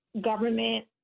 government